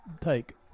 take